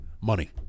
Money